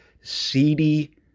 seedy